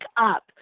up